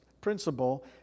principle